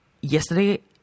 Yesterday